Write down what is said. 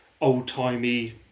old-timey